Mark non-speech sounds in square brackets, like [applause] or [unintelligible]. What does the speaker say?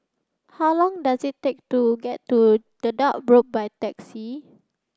how long does it take to get to Dedap [unintelligible] by taxi